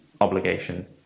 obligation